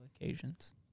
occasions